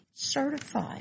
Certified